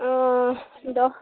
অঁ দ